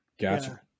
Gotcha